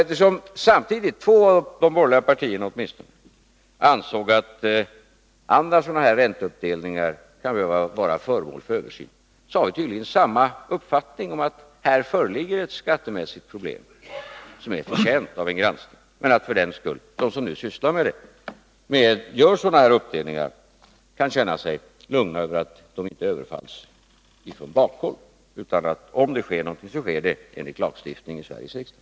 Eftersom åtminstone två av de borgerliga partierna samtidigt ansåg att andra sådana här ränteuppdelningar kan behöva bli föremål för översyn, så har vi tydligen samma uppfattning om att här föreligger ett skattemässigt problem, som är förtjänt av en granskning, men att de som nu gör sådana här uppdelningar ändå kan känna sig lugna för att de inte överfalles från bakhåll, utan om det sker någonting, sker det enligt lagstiftning i Sveriges riksdag.